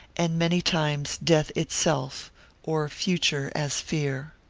and many times death itself or future as fear.